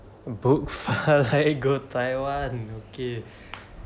book far lai go taiwan okay